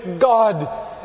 God